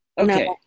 okay